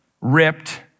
ripped